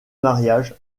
mariage